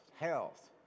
health